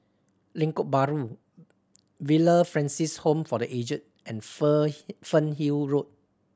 Lengkok Bahru Villa Francis Home for The Aged and Fernhill Road